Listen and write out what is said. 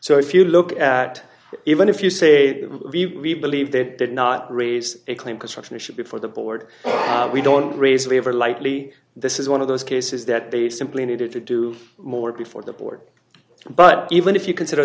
so if you look at even if you say we believe they did not raise a claim construction it should be for the board we don't raise a lever lightly this is one of those cases that they simply needed to do more before the board but even if you consider